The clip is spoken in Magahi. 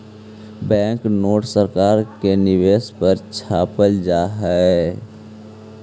बैंक नोट सरकार के निर्देश पर छापल जा हई